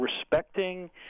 respecting